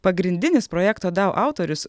pagrindinis projekto dau autorius